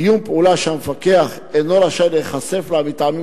קיום פעילות שהמפקח אינו רשאי להיחשף לה מטעמים